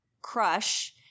crush